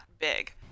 big